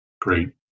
great